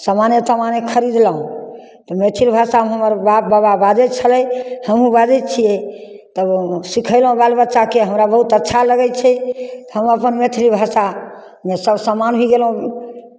सामाने तामाने खरीदलहुँ तऽ मैथिल भाषा हमर बाप बाबा बाजैत छलय हमहूँ बाजै छियै तब सिखयलहुँ बाल बच्चाकेँ हमरा बहुत अच्छा लगै छै तऽ हम अपन मैथिली भाषामे सभ सामान भी गयलहुँ